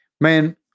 Man